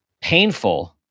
painful